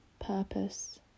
purpose